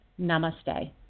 Namaste